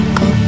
go